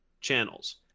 channels